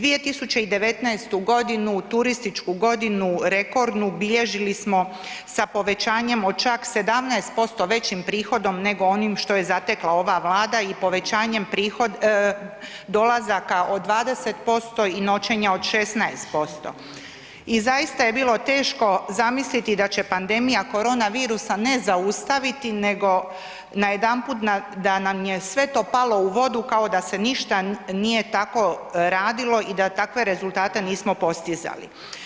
2019. g., turističku godinu, rekordnu, bilježili smo sa povećanjem od čak 17% većim prihodom nego onim što je zatekla ova Vlada i povećanjem prihoda, dolazaka od 20% i noćenja od 16% i zaista je bilo teško zamisliti da će pandemija koronavirusa ne zaustaviti, nego najedanput da nam je sve to palo u vodu kao da se ništa nije tako radilo i da takve rezultate nismo postizali.